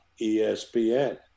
ESPN